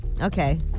Okay